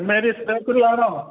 cent Mary's bakery ആണോ